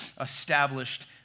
established